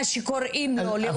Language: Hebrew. מה שקוראים לו לאומי,